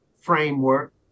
framework